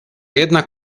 jedna